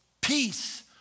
Peace